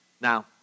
Now